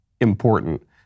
important